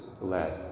led